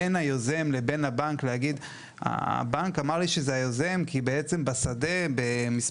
היוזם והבנק היא מוגבלת מאוד.